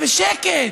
ובשקט,